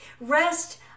rest